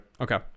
Okay